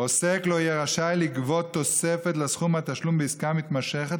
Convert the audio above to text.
"עוסק לא יהיה רשאי לגבות תוספת לסכום התשלום בעסקה מתמשכת,